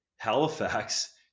Halifax